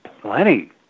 plenty